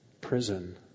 prison